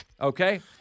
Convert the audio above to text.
Okay